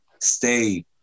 stay